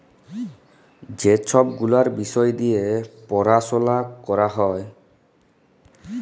ই ছব গুলাল বিষয় দিঁয়ে পরাশলা ক্যরা হ্যয়